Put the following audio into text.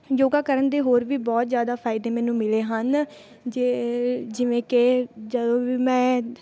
ਯੋਗਾ ਕਰਨ ਦੇ ਹੋਰ ਵੀ ਬਹੁਤ ਜ਼ਿਆਦਾ ਫ਼ਾਇਦੇ ਮੈਨੂੰ ਮਿਲੇ ਹਨ ਜੇ ਜਿਵੇਂ ਕਿ ਜਦੋਂ ਵੀ ਮੈਂ